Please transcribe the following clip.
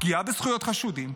פגיעה בזכויות חשודים,